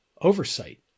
oversight